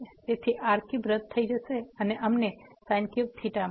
તેથી r cube રદ થઈ જશે અને અમને મળશે